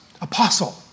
apostle